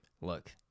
Look